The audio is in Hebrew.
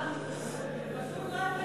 חוצפה.